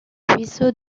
ruisseau